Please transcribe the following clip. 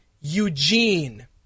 Eugene